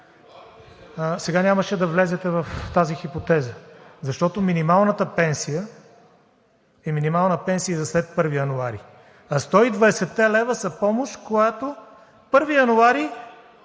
сега нямаше да влезете в тази хипотеза. Защото минималната пенсия, е минимална пенсия за след 1 януари, а сто и двадесетте лева са помощ, която на 1 януари